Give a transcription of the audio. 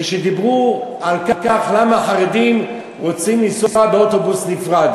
כששאלו למה חרדים רוצים לנסוע באוטובוס נפרד,